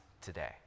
today